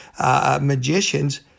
magicians